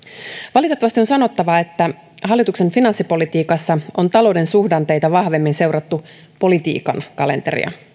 valitettavasti on sanottava että hallituksen finanssipolitiikassa on talouden suhdanteita vahvemmin seurattu politiikan kalenteria